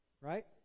Right